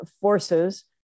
forces